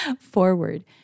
forward